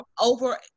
over